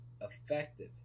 effective